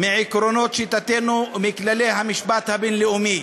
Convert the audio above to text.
מעקרונות שיטתנו ומכללי המשפט הבין-לאומי.